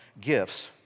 gifts